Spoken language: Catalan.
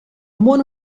món